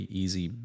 easy